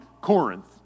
Corinth